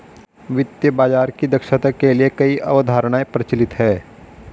वित्तीय बाजार की दक्षता के लिए कई अवधारणाएं प्रचलित है